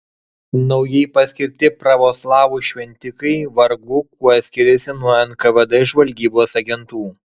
naujai paskirti pravoslavų šventikai vargu kuo skiriasi nuo nkvd žvalgybos agentų